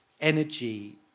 energy